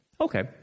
Okay